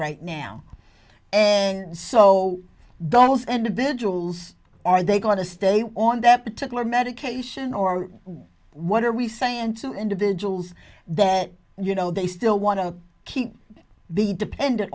right now and so those individuals are they going to stay on that particular medication or what are we saying to individuals that you know they still want to keep be dependent